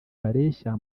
bareshya